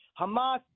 Hamas